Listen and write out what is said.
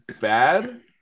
bad